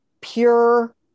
pure